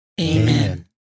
Amen